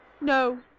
No